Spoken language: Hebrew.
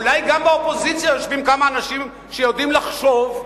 אולי גם באופוזיציה יושבים כמה אנשים שיודעים לחשוב,